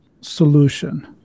solution